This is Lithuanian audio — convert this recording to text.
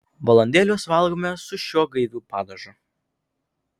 balandėlius valgome su šiuo gaiviu padažu